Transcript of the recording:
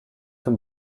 zum